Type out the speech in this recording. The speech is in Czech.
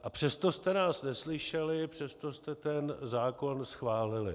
A přesto jste nás neslyšeli, přesto jste ten zákon schválili.